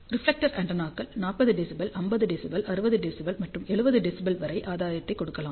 reflector ஆண்டெனாக்கள் 40 dB 50 dB 60 dB மற்றும் 70 dB வரை ஆதாயத்தைக் கொடுக்கலாம்